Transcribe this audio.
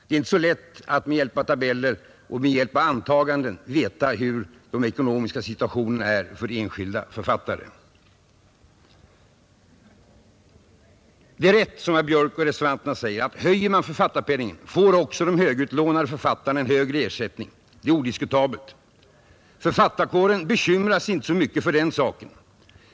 Det är inte så lätt att med hjälp av tabeller och antaganden få fram hur den ekonomiska situationen verkligen är för enskilda författare. Det är rätt som herr Björk och övriga reservanter skriver, att om man höjer författarpenningen får också de högutlånade författarna en högre ersättning. Det är odiskutabelt. Författarkåren bekymrar sig emellertid inte så mycket för den saken.